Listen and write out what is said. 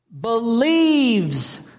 believes